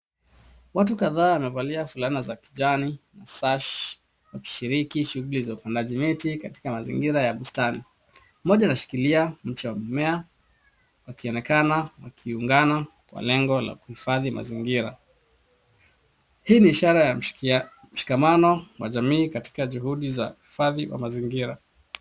Watu kadhaa wanavalia fulana za kijani na sash wakishiriki shughuli za upandaji miti katika mazingira ya bustani. Moja anashikilia mche wa mmea akionekana wakiungana kwa lengo la kuhifadhi mazingira. Hii ni ishara ya mshikamano wa jamii katika juhudi za hifadhi wa mazingira.